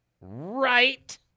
right